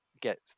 get